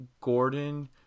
Gordon